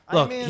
Look